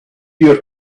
your